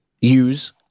use